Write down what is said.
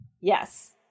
Yes